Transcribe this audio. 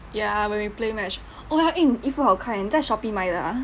ya when we play match oh ya eh 你衣服好看你在 shopee 买的啊